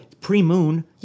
pre-moon